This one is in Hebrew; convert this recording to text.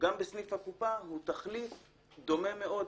גם בסניף הקופה הוא תחליף דומה מאוד,